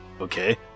Okay